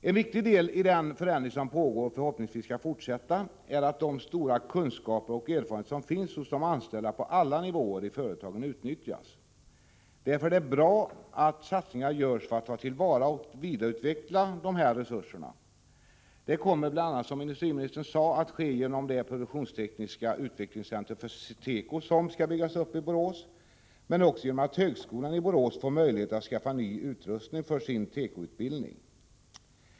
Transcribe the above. En viktig del i den förändring som pågår och som förhoppningsvis skall fortsätta är att de stora kunskaper och erfarenheter som finns hos de anställda på alla nivåer i företagen utnyttjas. Därför är det bra att satsningar görs för att ta till vara och vidareutveckla dessa resurser. Det kommer, som industriministern sade, bl.a. att ske genom det produktionstekniska utvecklingscentrum för teko som skall byggas upp i Borås men också genom att högskolan i Borås får möjlighet att skaffa ny utrustning för sin tekoutbildning.